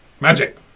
Magic